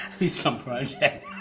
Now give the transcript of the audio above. be some project.